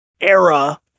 era